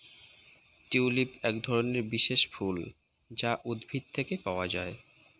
tulip একধরনের বিশেষ ফুল যা উদ্ভিদ থেকে পাওয়া যায়